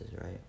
right